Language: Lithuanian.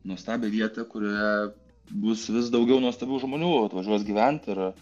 nuostabią vietą kurioje bus vis daugiau nuostabių žmonių atvažiuos gyvent ir